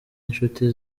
inshuti